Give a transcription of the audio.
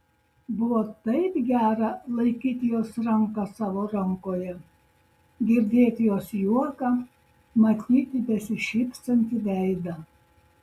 buvo taip gera laikyti jos ranką savo rankoje girdėt jos juoką matyti besišypsantį veidą